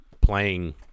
playing